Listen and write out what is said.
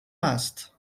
است